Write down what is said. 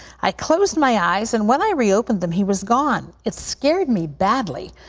i closed my eyes and when i reopened them, he was gone. it scared me badly.